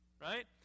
right